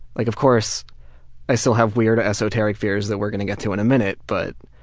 like of course i still have weird esoteric fears that we're gonna get to in a minute, but